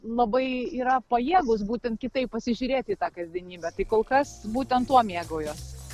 labai yra pajėgūs būtent kitaip pasižiūrėti į tą kasdienybę tai kol kas būtent tuo mėgaujuosi